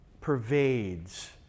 pervades